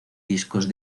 discos